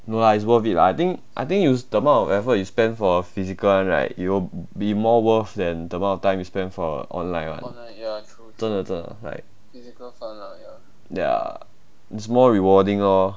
no lah it's worth it lah I think I think use the amount of effort you spend for physical [one] right it will be more worth than the amount of time you spend for online [one] 真的真的 like ya is more rewarding lor